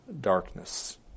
darkness